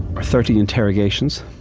or thirty interrogations.